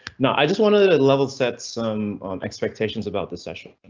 now i just wanted the level set some expectations about this session.